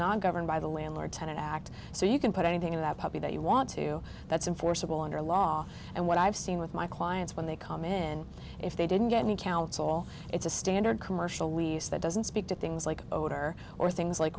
not governed by the landlord tenant act so you can put anything in that puppy that you want to that's in forcible under law and what i've seen with my clients when they come in if they didn't get me counsel it's a standard commercial lease that doesn't speak to things like odor or things like